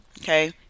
Okay